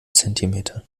zentimeter